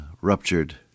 ruptured